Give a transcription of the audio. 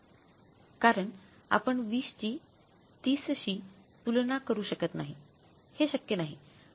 कारण आपण 20 ची 30 शी तुलना करू शकत नाहीहे शक्य नाही